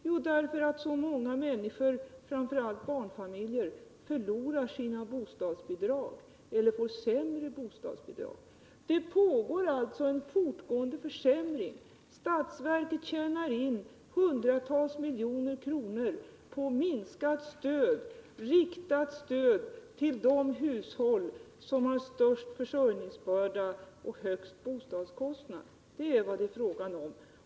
Jo, därför att så många människor, framför allt människor i barnfamiljer, förlorar sina bostadsbidrag eller får sämre bostadsbidrag. Det pågår alltså en fortgående försämring. Statsverket tjänar in hundratals miljoner kronor på en minskning av stödet till de hushåll som har den största försörjningsbördan och den högsta bostadskostnaden. Det är vad det är fråga om.